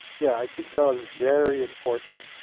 yeah, i think that was very important.